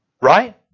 Right